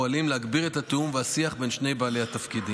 פועלים להגביר את התיאום והשיח בין שני בעלי התפקידים.